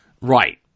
Right